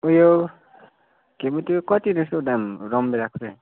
उयो के पो त्यो कति रहेछ हौ दाम रामभेँडाको चाहिँ